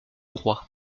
roi